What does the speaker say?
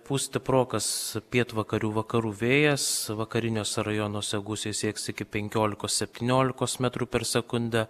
pūs stiprokas pietvakarių vakarų vėjas vakariniuose rajonuose gūsiai sieks iki penkiolikos septyniolikos metrų per sekundę